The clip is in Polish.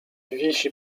wisi